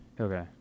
Okay